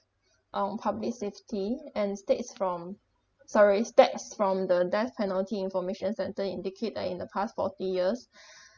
on public safety and stats from sorry stats from the death penalty information center indicate that in the past forty years